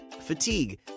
fatigue